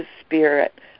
spirit